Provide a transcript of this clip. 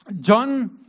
John